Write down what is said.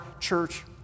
church